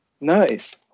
Nice